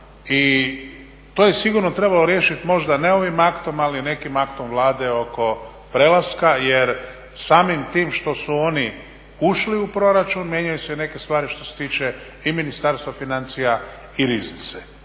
I to je sigurno trebalo riješiti možda ne ovim aktom ali nekim aktom Vlade oko prelaska jer samim tim što su oni ušli u proračun mijenjaju se i neke stvari što se tiče i Ministarstva financija i riznice.